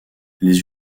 les